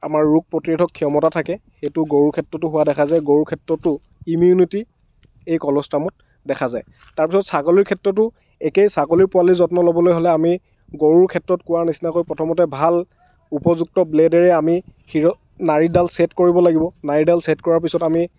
আমাৰ ৰোগ প্ৰতিৰোধক ক্ষমতা থাকে সেইতো গৰুৰ ক্ষেত্ৰতো হোৱা দেখা যায় গৰুৰ ক্ষেত্ৰতো ইমিইউনিটি এই কল'ষ্ট্ৰামত দেখা যায় তাৰপিছত ছাগলীৰ ক্ষেত্ৰতো একে ছাগলীৰ পোৱালীৰ যত্ন লব'লৈ হ'লে আমি গৰুৰ ক্ষেত্ৰত কোৱাৰ নিচিনাকৈ প্ৰথমতে ভাল উপযুক্ত ব্লেডেৰে আমি সিৰ নাড়ীডাল ছেদ কৰিব লাগিব নাড়ীডাল ছেদ কৰাৰ পাছত আমি